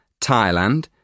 Thailand